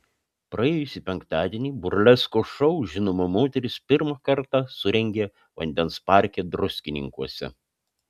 praėjusį penktadienį burleskos šou žinoma moteris pirmą kartą surengė vandens parke druskininkuose